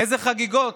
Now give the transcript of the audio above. איזה חגיגות.